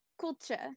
culture